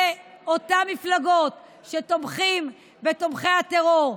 באותן מפלגות שתומכות בתומכי הטרור.